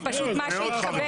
זה פשוט מה שהתחבר.